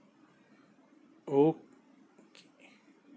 okay